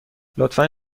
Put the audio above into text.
لطفا